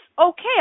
okay